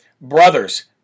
Brothers